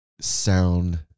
sound